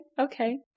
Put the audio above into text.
okay